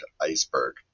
iceberg